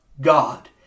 God